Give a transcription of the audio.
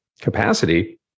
capacity